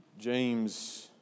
James